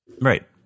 right